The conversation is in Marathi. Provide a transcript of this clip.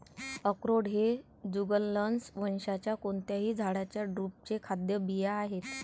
अक्रोड हे जुगलन्स वंशाच्या कोणत्याही झाडाच्या ड्रुपचे खाद्य बिया आहेत